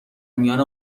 میان